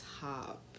top